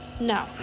No